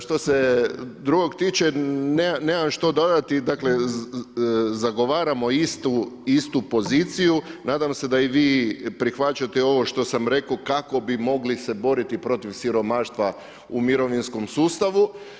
Što se drugog tiče, nemam što dodati, dakle zagovaramo istu poziciju, nadam se da i vi prihvaćate ovo što sam rekao kako bi mogli se boriti protiv siromaštva u mirovinskom sustavu.